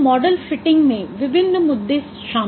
तो model fitting में विभिन्न मुद्दे शामिल हैं